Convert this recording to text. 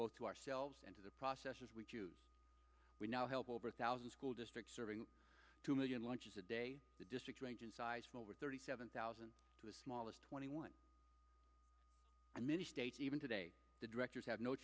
both to ourselves and to the processors we choose we now have over a thousand school districts serving two million lunches a day the district range in size from over thirty seven thousand to a smallish twenty one many states even today the directors have no